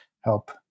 help